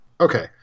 Okay